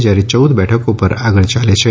જયારે ચૌદ બેઠકો પર આગળ યાલે છે